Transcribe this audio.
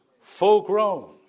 Full-grown